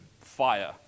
fire